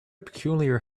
peculiar